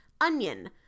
Onion